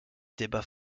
débat